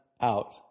out